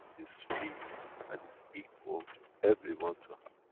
is free and is equal to everyone to have.